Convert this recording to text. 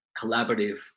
collaborative